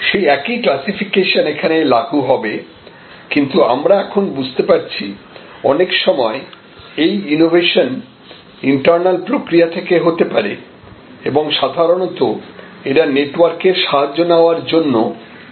সেই একই ক্লাসিফিকেশন এখানে লাগু হবে কিন্তু আমরা এখন বুঝতে পারছি অনেক সময় এই ইনোভেশন ইন্টার্নাল প্রক্রিয়া থেকে তৈরি হতে পারে এবং সাধারণত এরা নেটওয়ার্ক এর সাহায্য নেওয়ার জন্য অ্যামেনেবল